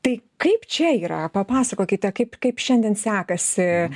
tai kaip čia yra papasakokite kaip kaip šiandien sekasi